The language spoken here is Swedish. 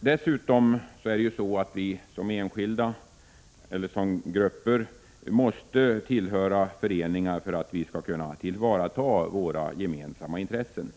Dessutom måste vi som enskilda eller som grupper tillhöra föreningar för att vi skall kunna tillvarata våra gemensamma intressen.